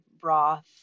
broth